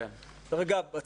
דרך אגב,